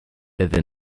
desde